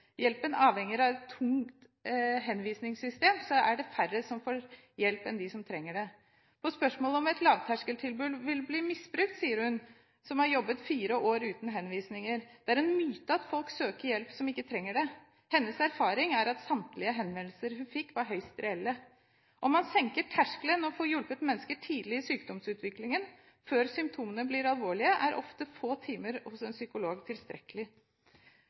avhenger av to henvisningssystemer, er det færre som får hjelp enn dem som trenger det. På spørsmålet om et lavterskeltilbud vil bli misbrukt, svarer hun, som har jobbet fire år uten henvisninger: Det er en myte at folk søker hjelp som ikke trenger det. Hennes erfaring er at samtlige henvendelser hun fikk, var høyst reelle. Når man senker terskelen og får hjulpet mennesker tidlig i sykdomsutviklingen, før symptomene blir alvorlige, er ofte få timer hos en psykolog tilstrekkelig.